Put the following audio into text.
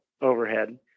overhead